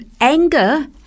anger